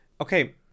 Okay